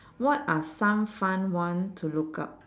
what are some fun one to look up